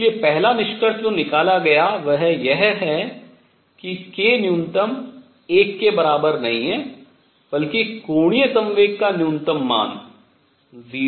इसलिए पहला निष्कर्ष जो निकाला गया वह यह है कि k न्यूनतम एक के बराबर नहीं है बल्कि कोणीय संवेग का न्यूनतम मान 0 हो सकता है